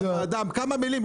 הוועדה, כמה מילים.